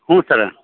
ಹ್ಞೂ ಸರ